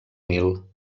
nil